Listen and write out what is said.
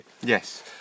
yes